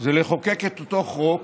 היה לחוקק את אותו חוק.